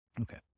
Okay